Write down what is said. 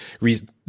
reason